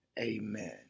Amen